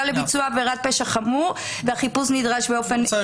לביצוע עבירת פשע חמור והחיפוש נדרש באופן ---".